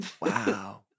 Wow